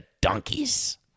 donkeys